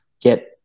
get